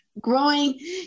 growing